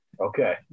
Okay